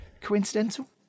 coincidental